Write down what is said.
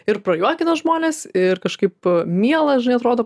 ir prajuokina žmones ir kažkaip miela žinai atrodo